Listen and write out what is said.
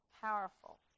powerful